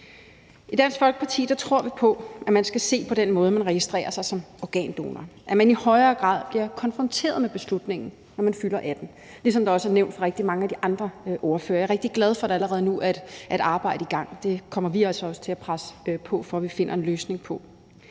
I Dansk Folkeparti tror vi på, at vi skal se på den måde, man registrerer sig som organdonor, så man i højere grad bliver konfronteret med beslutningen, når man fylder 18 år, ligesom det også er blevet nævnt af rigtig mange af de andre ordførere. Jeg er rigtig glad for, at der allerede nu er et arbejde i gang. Vi kommer også til at presse på for, at vi finder en løsning på